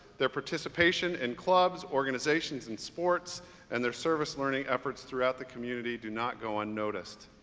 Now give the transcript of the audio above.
their participation in clubs, organizations, and sports and their service-learning efforts throughout the community do not go unnoticed,